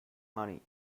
money